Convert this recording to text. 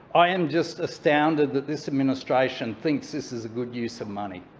i am just astounded that this administration thinks this is a good use of money.